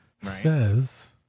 Says